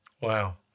Wow